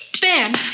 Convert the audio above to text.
Ben